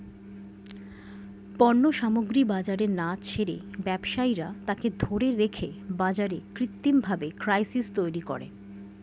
পণ্য সামগ্রী বাজারে না ছেড়ে ব্যবসায়ীরা তাকে ধরে রেখে বাজারে কৃত্রিমভাবে ক্রাইসিস তৈরী করে